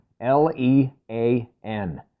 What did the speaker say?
l-e-a-n